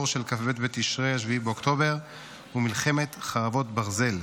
של כ"ב בתשרי (ה-7 באוקטובר) ומלחמת חרבות ברזל,